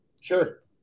Sure